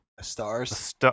stars